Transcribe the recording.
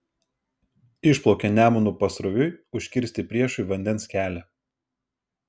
išplaukė nemunu pasroviui užkirsti priešui vandens kelią